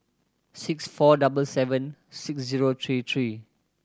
six four double seven six zero three three